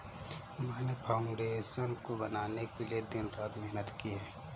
मैंने फाउंडेशन को बनाने के लिए दिन रात मेहनत की है